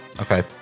Okay